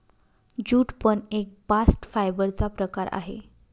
jute पण एक bast fibre चा प्रकार आहे